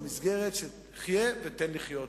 במסגרת של "חיה ותן לחיות".